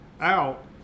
out